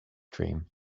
dream